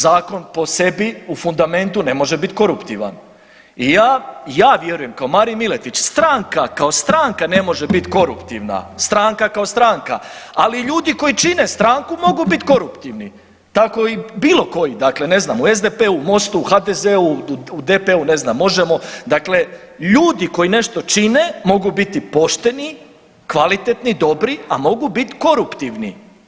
Zakon po sebi u fundamentu ne može bit koruptivan i ja , ja vjerujem kao Marin Miletić stranka kao stranka ne može bit koruptivna, stranka kao stranka, ali ljudi koji čine stranku mogu bit koruptivni, tako i bilo koji dakle ne znam u SDP-u, Mostu, HDZ-u, u DP-u, ne znam, Možemo!, dakle ljudi koji nešto čine mogu biti pošteni, kvalitetni i dobri, a mogu bit koruptivni.